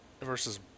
versus